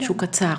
שהוא קצר.